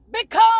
become